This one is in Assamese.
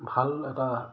ভাল এটা